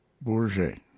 Bourget